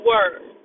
Word